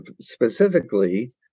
specifically